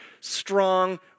strong